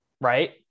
right